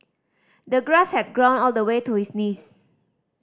the grass had grown all the way to his knees